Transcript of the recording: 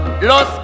los